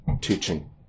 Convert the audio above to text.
teaching